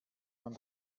man